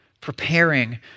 preparing